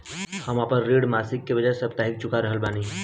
हम आपन ऋण मासिक के बजाय साप्ताहिक चुका रहल बानी